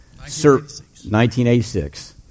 1986